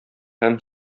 һәм